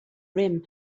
rim